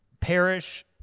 perish